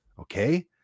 Okay